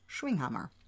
Schwinghammer